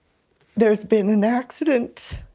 there's been an accident,